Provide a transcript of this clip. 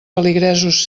feligresos